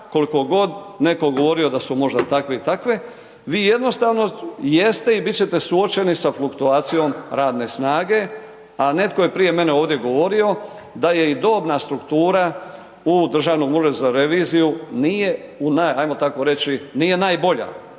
koliko god netko govorio da su možda takve i takve, vi jednostavno jeste i biti ćete suočeni sa fluktuacijom radne snage a netko je prije mene ovdje govorio da je i dobna struktura u Državnom uredu za reviziju nije, ajmo